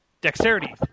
Dexterity